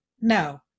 no